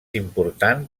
important